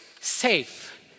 safe